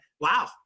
wow